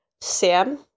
Sam